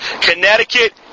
Connecticut